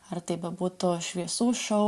ar tai bebūtų šviesų šou